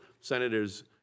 Senators